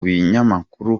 binyamakuru